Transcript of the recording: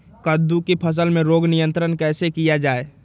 कददु की फसल में रोग नियंत्रण कैसे किया जाए?